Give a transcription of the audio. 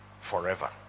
forever